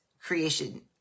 creation